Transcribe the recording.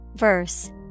Verse